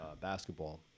basketball